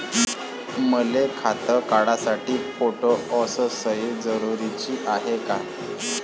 मले खातं काढासाठी फोटो अस सयी जरुरीची हाय का?